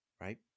Right